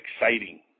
exciting